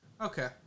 Okay